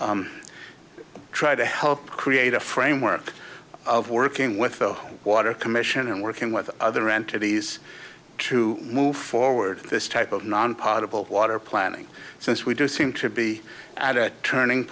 try to help create a framework of working with the water commission and working with other entities to move forward this type of non part of our water planning since we do seem to be at a turning